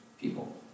people